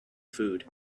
food